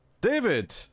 David